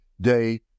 day